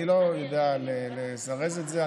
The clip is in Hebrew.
אני לא יודע לזרז את זה.